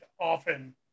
often